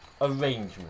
arrangement